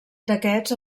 d’aquests